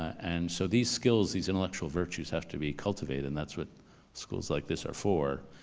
and so these skills, these intellectual virtues, have to be cultivated and that's what schools like this are for,